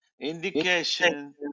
indication